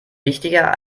wichtiger